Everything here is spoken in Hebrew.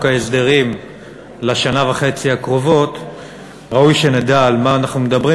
ההסדרים לשנה וחצי הקרובות ראוי שנדע על מה אנחנו מדברים,